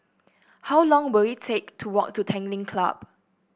how long will it take to walk to Tanglin Club